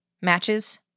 Matches